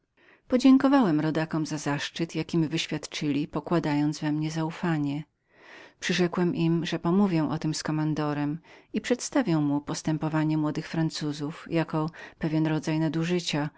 podziękowałem rodakom za zaszczyt jaki mi wyrządzali pokładając we mnie zaufanie przyrzekłem im że pomówię o tem z kommandorem i przedstawię mu postępowanie młodych francuzów jako pewien rodzaj nadużycia